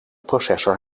processor